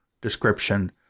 description